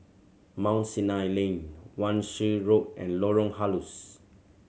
Mount Sinai Lane Wan Shih Road and Lorong Halus